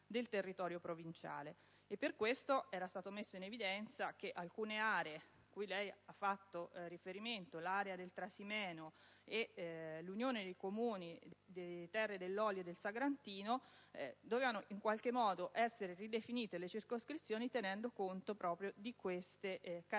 Per questo era stato messo in evidenza che in alcune aree, cui lei ha fatto riferimento, quali l'area del Trasimeno e l'Unione dei Comuni delle Terre dell'olio e del Sagrantino, dovevano essere ridefinite le circoscrizioni tenendo conto proprio di queste caratteristiche